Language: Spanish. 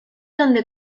donde